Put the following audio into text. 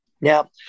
Now